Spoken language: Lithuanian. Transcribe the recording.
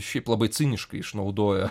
šiaip labai ciniškai išnaudoja